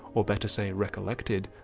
or better say recollected,